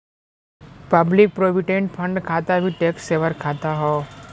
public provident fund खाता भी tax saver खाता हौ